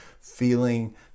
feeling